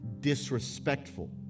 disrespectful